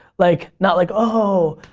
like not like, oh,